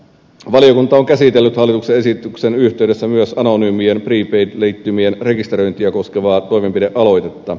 valiokunta on käsitellyt hallituksen esityksen yhteydessä myös anonyymien prepaid liittymien rekisteröintiä koskevaa toimenpidealoitetta